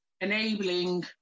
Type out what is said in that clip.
enabling